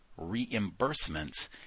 reimbursements